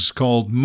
called